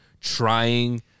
trying